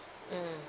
mm